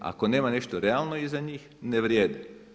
Ako nema nešto realno iza njih ne vrijede.